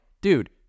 dude